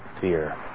Fear